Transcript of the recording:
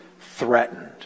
threatened